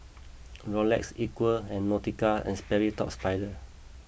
Rolex Equal and Nautica and Sperry Top Sider